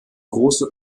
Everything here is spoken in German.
große